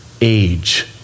age